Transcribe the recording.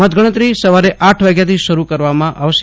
મત ગણતરી સવારે આઠ વાગ્યાથી શરૂ કરવામાં આવશે